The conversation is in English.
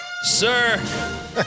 Sir